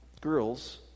Girls